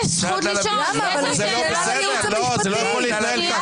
זה לא יכול להתנהל ככה.